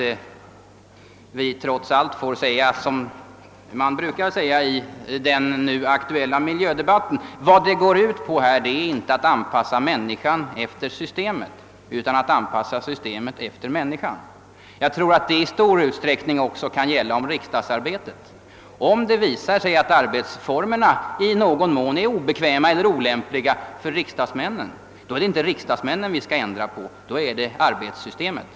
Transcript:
Jag tror att man kan hämta ett uttryck från den aktuella miljödebatten: Problemet är inte att söka inpassa människan i det rådande systemet utan att anpassa systemet efter människan. Detta kan i stor utsträckning gälla också riksdagsarbetet. Om det skulle visa sig att arbetsformerna är obekväma eller olämpliga för riksdagsmännen, är det inte riksdagsmännen som vi skall söka ändra på, utan arbetsformerna.